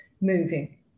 moving